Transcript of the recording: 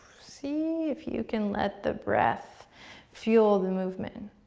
see if you can let the breath fuel the movement.